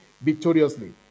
victoriously